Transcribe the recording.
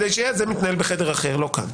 אבל זה מתנהל בחדר אחר, לא כאן.